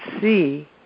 see